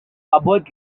avoid